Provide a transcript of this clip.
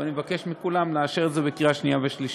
ואני מבקש מכולם לאשר את זה בקריאה שנייה ושלישית,